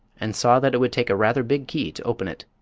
and saw that it would take a rather big key to open it.